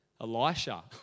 Elisha